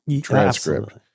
transcript